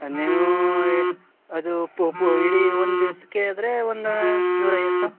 ನೀವು ಈ ಅದು ಪು ಪು ಇಡೀ ಒಂದು ದಿವಸಕ್ಕೆ ಆದರೆ ಒಂದು ನೂರೈವತ್ತು